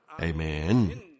Amen